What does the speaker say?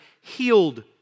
healed